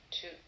two